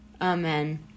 Amen